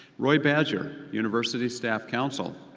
roy badger, university staff council.